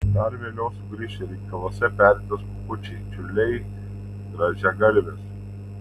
dar vėliau sugrįš ir inkiluose perintys kukučiai čiurliai grąžiagalvės